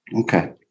Okay